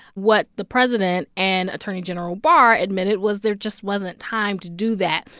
what the president and attorney general barr admitted was there just wasn't time to do that.